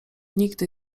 nigdy